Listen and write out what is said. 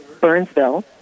Burnsville